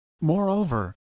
Moreover